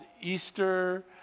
Easter